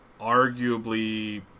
arguably